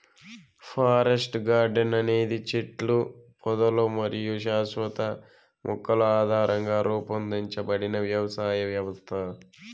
forest garden అనేది చెట్లు, పొదలు మరియు శాశ్వత మొక్కల ఆధారంగా రూపొందించబడిన వ్యవసాయ వ్యవస్థ